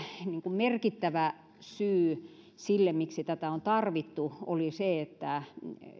merkittävä syy siihen miksi tätä on tarvittu oli se että